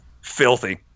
filthy